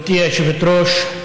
גברתי היושבת-ראש,